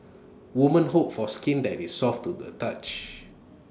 women hope for skin that is soft to the touch